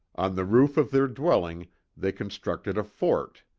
on the roof of their dwelling they constructed a fort,